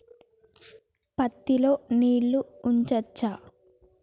పత్తి లో నీళ్లు ఉంచచ్చా?